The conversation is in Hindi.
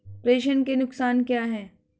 प्रेषण के नुकसान क्या हैं?